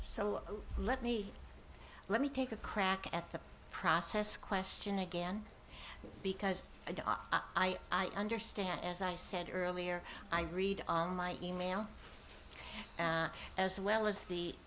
so let me let me take a crack at the process question again because i understand as i said earlier i read my e mail and as well as the